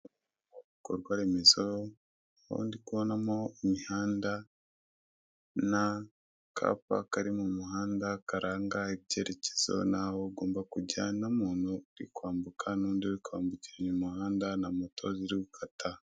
Ibikorwa remezo aho ndikubonamo imihanda n'akapa kari mu muhanda karanga icyerekezo n'aho ugomba kujya, n'umuntu uri kwambuka n'undi uri kwambukiranya umuhanda na moto ziri gukata.